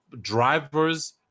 drivers